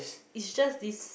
it's just this